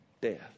death